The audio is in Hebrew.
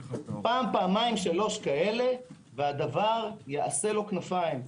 פעם, פעמיים, שלוש כאלה והדבר יעשה לו כנפיים.